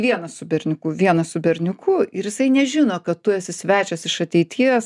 vienas su berniuku vienas su berniuku ir jisai nežino kad tu esi svečias iš ateities